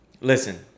Listen